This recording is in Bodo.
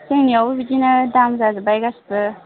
जोंनिआवबो बिदिनो दाम जाजोबबाय गासिबो